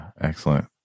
excellent